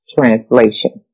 Translation